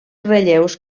relleus